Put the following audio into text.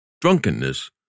Drunkenness